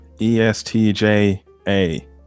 E-S-T-J-A